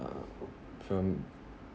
uh from